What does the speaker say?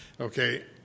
Okay